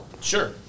Sure